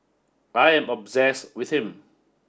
I am obsessed with him